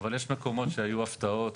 אבל יש מקומות שהיו בהם הפתעות,